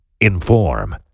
Inform